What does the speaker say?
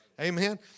Amen